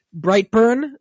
Brightburn